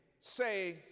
say